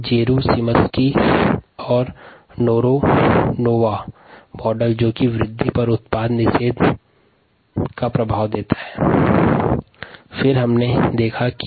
जेरूसिमस्की और नेरोनोवा मॉडल कोशिका वृद्धि पर उत्पाद अवरोधन का प्रभाव देता है